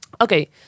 Okay